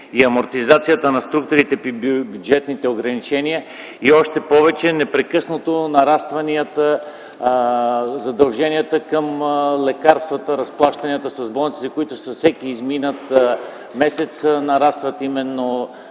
амортизацията на структурите при бюджетните ограничения и още повече непрекъснато нарастванията, задълженията към лекарствата, разплащанията с болниците, които с всеки изминат месец нарастват, именно